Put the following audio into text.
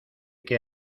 que